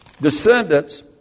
descendants